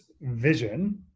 vision